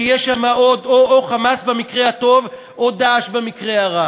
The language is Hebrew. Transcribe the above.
שיהיה שם או "חמאס" במקרה הטוב או "דאעש" במקרה הרע.